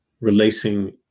releasing